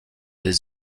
des